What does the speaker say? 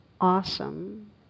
awesome